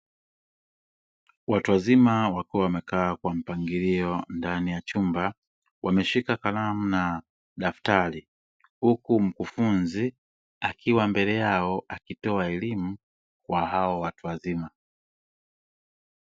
Watu wazima wakiwa wamekaa kwa mpangilio ndani ya chumba, wameshika kalamu na daftari huku mkufunzi akiwa mbele yao, akitoa elimu kwa hao watu wazima.